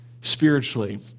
spiritually